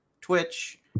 Twitch